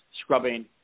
scrubbing